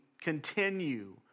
continue